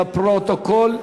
לפרוטוקול.